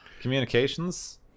communications